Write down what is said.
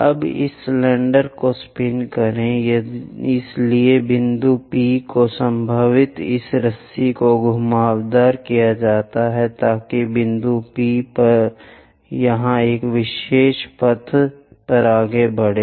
अब इस सिलेंडर को स्पिन करें इसलिए बिंदु P को संभवतः इस रस्सी को घुमावदार किया जाता है ताकि बिंदु P यह एक विशेष पथ पर आगे बढ़े